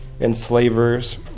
enslavers